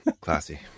classy